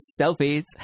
selfies